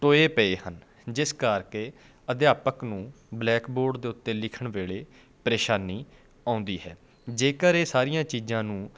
ਟੋਏ ਪਏ ਹਨ ਜਿਸ ਕਰਕੇ ਅਧਿਆਪਕ ਨੂੰ ਬਲੈਕ ਬੋਰਡ ਦੇ ਉੱਤੇ ਲਿਖਣ ਵੇਲੇ ਪਰੇਸ਼ਾਨੀ ਆਉਂਦੀ ਹੈ ਜੇਕਰ ਇਹ ਸਾਰੀਆਂ ਚੀਜ਼ਾਂ ਨੂੰ